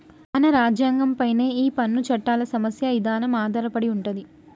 మన రాజ్యంగం పైనే ఈ పన్ను చట్టాల సమస్య ఇదానం ఆధారపడి ఉంటది